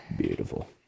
beautiful